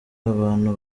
abantu